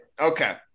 Okay